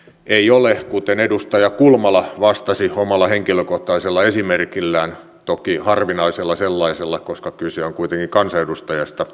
ei ole kuten edustaja kulmala vastasi omalla henkilökohtaisella esimerkillään toki harvinaisella sellaisella koska kyse on kuitenkin kansanedustajasta